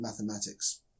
Mathematics